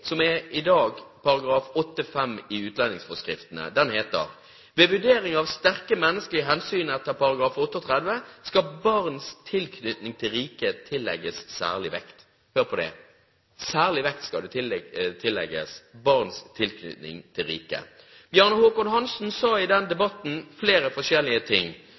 i dag er § 8-5 i utlendingsforskriftene. Den sier: «Ved vurdering av sterke menneskelige hensyn etter § 38, skal barns tilknytning til riket tillegges særlig vekt.» Hør på det: Særlig vekt skal det tillegges, barns tilknytning til riket. Bjarne Håkon Hanssen sa i den debatten flere forskjellige ting.